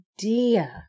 idea